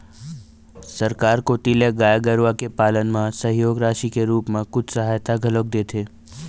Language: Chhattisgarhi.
सरकार कोती ले गाय गरुवा के पालन म सहयोग राशि के रुप म कुछ सहायता घलोक देथे